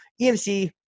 EMC